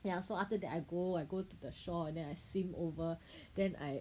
ya so after that I go I go to the shore then I swim over then I